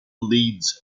leeds